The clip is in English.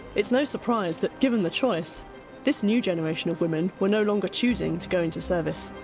it's no surprise that given the choice this new generation of women were no longer choosing to go into service.